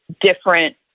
different